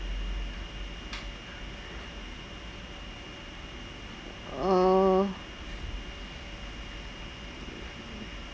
uh